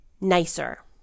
nicer